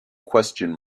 question